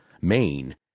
Maine